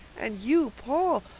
and you, paul.